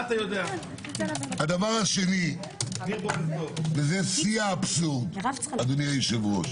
הדבר השני זה שיא האבסורד, אדוני היושב-ראש.